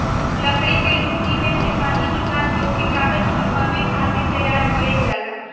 लकड़ी के लुगदी में से पानी निकाल के ओके कागज बनावे खातिर तैयार कइल जाला